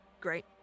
great